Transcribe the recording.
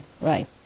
right